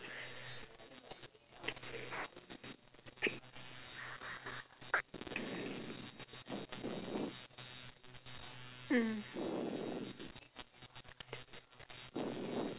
mm